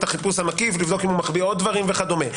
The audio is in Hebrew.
החיפוש המקיף לראות אם הוא מחביא עוד דברים וכדומה.